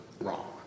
wrong